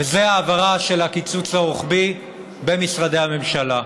וזה העברה של הקיצוץ הרוחבי במשרדי הממשלה.